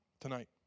tonight